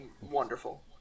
wonderful